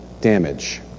damage